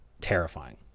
terrifying